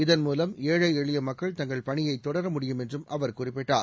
இதன் மூலம் ஏழை எளிய மக்கள் தங்கள் பணியை தொடர முடியும் என்றும் அவர் குறிப்பிட்டார்